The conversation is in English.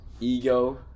ego